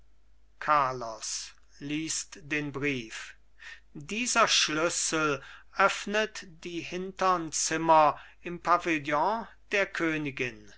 carlos liest den brief dieser schlüssel öffnet die hintern zimmer im pavillon der königin